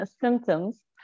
symptoms